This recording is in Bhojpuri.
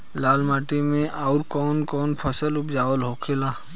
लाल माटी मे आउर कौन कौन फसल उपजाऊ होखे ला?